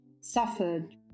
suffered